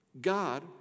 God